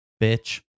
bitch